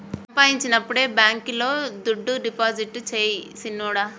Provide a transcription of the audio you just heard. సంపాయించినప్పుడే బాంకీలో దుడ్డు డిపాజిట్టు సెయ్ సిన్నోడా